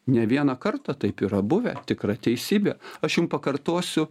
ne vieną kartą taip yra buvę tikra teisybė aš jum pakartosiu